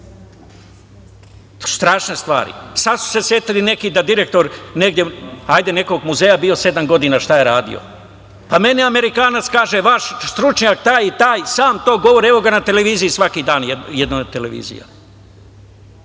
strašne stvari. Sad su setili neki da direktor negde nekog muzeja bio sedam godina, šta je radio. Meni Amerikanac kaže – vaš stručnjak taj i taj sam to govori, evo ga na televiziji svaki dan, jednoj od televizija.